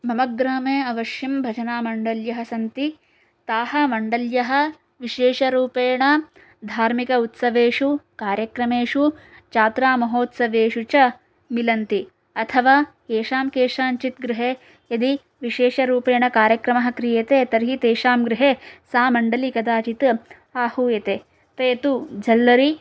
मम ग्रामे अवश्यं भजनामण्डल्यः सन्ति ताः मण्डल्यः विशेषरूपेण धार्मिक उत्सवेषु कार्यक्रमेषु जात्रामहोत्सवेषु च मिलन्ति अथवा केषां केषाञ्चित् गृहे यदि विशेषरूपेण कार्यक्रमः क्रियते तर्हि तेषां गृहे सा मण्डली कदाचित् आहूयते ते तु झल्लरी